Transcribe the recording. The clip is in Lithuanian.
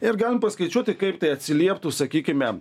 ir galim paskaičiuoti kaip tai atsilieptų sakykime